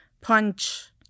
punch